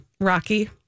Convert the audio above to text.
Rocky